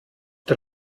der